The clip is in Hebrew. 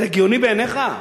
זה הגיוני בעיניך?